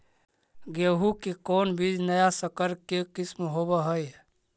गेहू की कोन बीज नया सकर के किस्म होब हय?